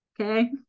okay